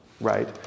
right